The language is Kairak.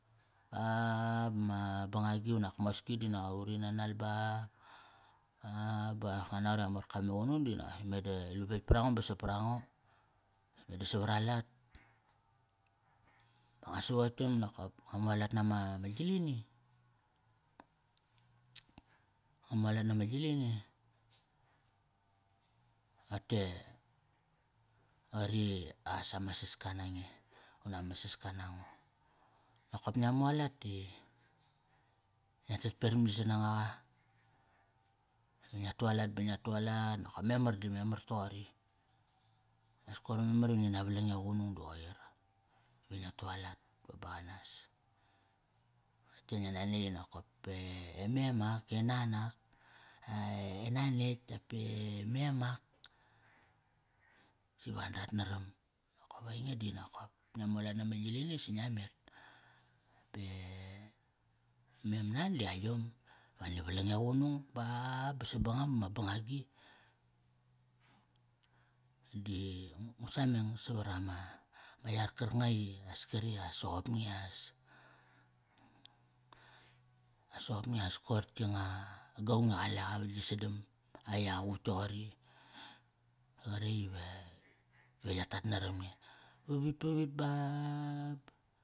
Baaa bama bangagi unak mosngi dinop uri nana ba berak ngia naqot i ama morka me qunung dinak meda lupetk parango ba saparango. meda savaralat ba nga savotk tam nokop. Nga mualat nama, ma gilini nga mu alat nama gilini. Ote qari as ama saska nange unak ama saska nango. Nokop ngia mu alat ti, ngia tet peram gi sanagaqa Ba ngia tualat, ba ngia tualat nokop memar da memar toqori. Siqias koir memar i ngi na valang e qunung di qoir ve ngia tu alat va baqanas. Pe ngia nanetk i me e mem ak, e nan e man etk dape mem ak. Si va andrat naram. Nokop ainge di nokop ngia mu alat nama gilini si ngia met. Pe mem nan di aiyom, va ani valang e qunung, ba sabangang bama bangagi. Di ngu sameng savara ma, ma yar karkanga i as kari as soqop nge, as soqop nge as koir tki nga gaung i qalaqa va gi sadam. Ai aqutk toqori qaretk ive, ve ya tat naram nge, apvit baa ba.